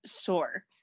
Sure